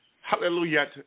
Hallelujah